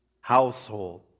household